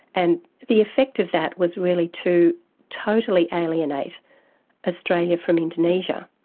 and the effect of that was really to totally alienate australia from indonesia.